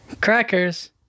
Crackers